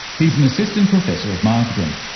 he's an assistant professor of marketing.